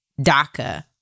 DACA